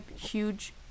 huge